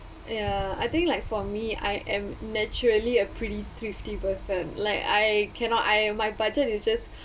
ya I think like for me I am naturally a pretty thrifty person like I cannot I my budget is just